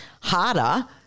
harder